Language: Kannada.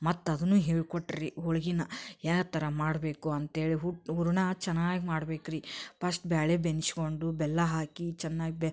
ಮತ್ತದನ್ನೂ ಹೇಳ್ಕೊಟ್ಟ್ರು ರೀ ಹೋಳ್ಗೆನ ಯಾವ ಥರ ಮಾಡಬೇಕು ಅಂತೇಳಿ ಹೂರಣ ಚೆನ್ನಾಗಿ ಮಾಡ್ಬೇಕು ರೀ ಪಸ್ಟ್ ಬೇಳೆ ಬೇಯ್ಸ್ಕೊಂಡು ಬೆಲ್ಲ ಹಾಕಿ ಚೆನ್ನಾಗಿ ಬೇ